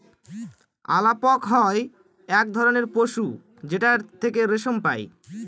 আলাপক হয় এক ধরনের পশু যেটার থেকে রেশম পাই